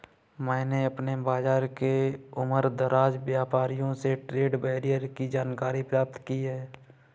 मैंने अपने बाज़ार के उमरदराज व्यापारियों से ट्रेड बैरियर की जानकारी प्राप्त की है